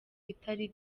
itari